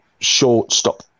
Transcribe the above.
shortstop